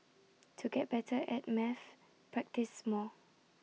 to get better at maths practise more